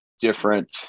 different